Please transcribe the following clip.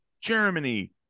Germany